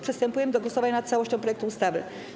Przystępujemy do głosowania nad całością projektu ustawy.